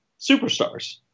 superstars